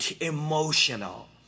emotional